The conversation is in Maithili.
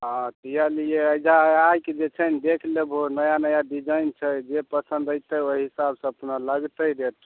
हाँ तऽ इएहे लिये अइजाँ आके जे छै देख लेबहो नया नया डिजाइन छै जे पसन्द अइतौ ओइ हिसाबसँ अपना लागतय रेट